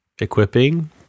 equipping